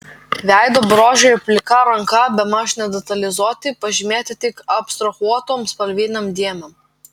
veido bruožai ir plika ranka bemaž nedetalizuoti pažymėti tik abstrahuotom spalvinėm dėmėm